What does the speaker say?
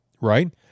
right